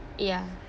ya